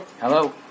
Hello